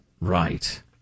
Right